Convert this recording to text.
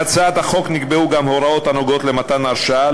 בהצעת החוק נקבעו גם הוראות הנוגעות למתן הרשאה,